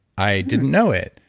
i didn't know it,